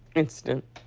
incident.